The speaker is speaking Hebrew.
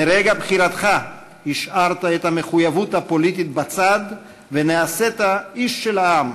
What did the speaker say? מרגע בחירתך השארת את המחויבות הפוליטית בצד ונעשית איש של העם,